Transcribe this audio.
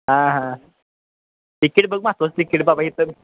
हां हां तिकीट बघ महत्वाचं तिकीट बाबा हिथं